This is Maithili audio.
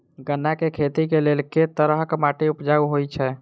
गन्ना केँ खेती केँ लेल केँ तरहक माटि उपजाउ होइ छै?